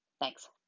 Thanks